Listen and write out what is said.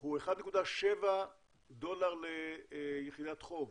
הוא 1.7 דולר ליחידת חום.